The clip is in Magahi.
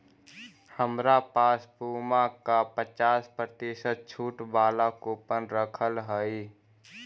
हमरा पास पुमा का पचास प्रतिशत छूट वाला कूपन रखल हई